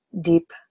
deep